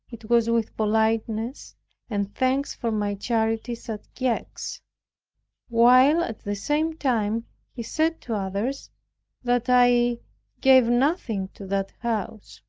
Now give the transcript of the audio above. it was with politeness and thanks for my charities at gex while at the same time he said to others that i gave nothing to that house.